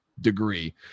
Degree